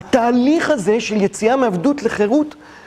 תהליך הזה של יציאה מעבדות לחירות